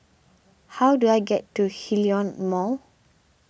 how do I get to Hillion Mall